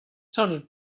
sounded